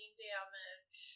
damage